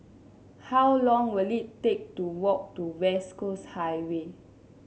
how long will it take to walk to West Coast Highway